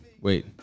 wait